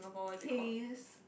haste